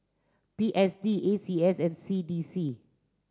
P S D A C S and C D C